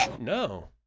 No